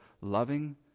loving